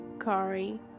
Kari